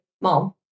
Mom